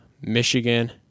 Michigan